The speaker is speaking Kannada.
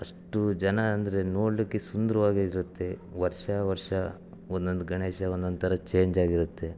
ಅಷ್ಟು ಜನ ಅಂದರೆ ನೋಡಲಿಕ್ಕೆ ಸುಂದ್ರವಾಗೇ ಇರುತ್ತೆ ವರ್ಷ ವರ್ಷ ಒಂದೊಂದು ಗಣೇಶ ಒಂದೊಂದು ಥರ ಚೇಂಜ್ ಆಗಿರುತ್ತೆ